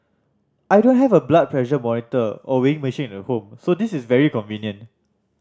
I don't have a blood pressure monitor or weighing machine at home so this is very convenient